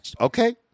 okay